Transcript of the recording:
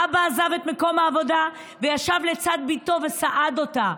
האבא עזב את מקום העבודה וישב לצד בתו וסעד אותה.